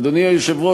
אבני היסוד של